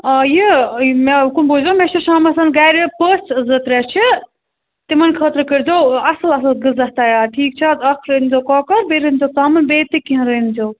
آ یہِ مےٚ کُن بوٗزیٚو مےٚ چھِ شامَس گَرِ پٔژھۍ زٕ ترٛےٚ چھِ تِمَن خٲطرٕ کٔرۍزیٚو اَصٕل اَصٕل غذا تَیار ٹھیٖک چھا اَکھ رٔنۍ زیٚو کۄکَر بیٚیہِ رٔنۍ زیٚو ژامَن بیٚیہِ تہِ کیٚنٛہہ رٔنۍ زیٚو